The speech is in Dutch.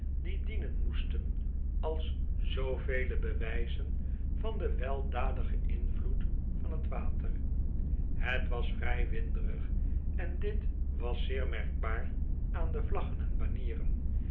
die dienen moesten als zoovele bewijzen van den weldadigen invloed van het water het was vrij winderig en dit was zeer merkbaar aan de vlaggen en banieren